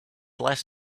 last